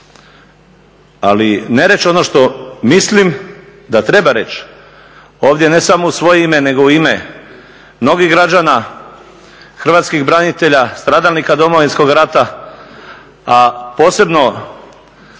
Ali ne reći ono što mislim da treba reći ovdje ne samo u svoje ime nego u ime mnogih građana, hrvatskih branitelja, stradalnika Domovinskog rata a posebno